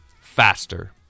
faster